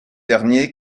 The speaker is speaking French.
derniers